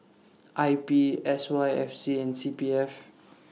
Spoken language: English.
I P S Y F C and C P F